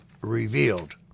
revealed